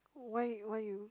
why why you